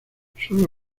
sólo